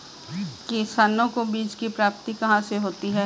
किसानों को बीज की प्राप्ति कहाँ से होती है?